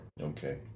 Okay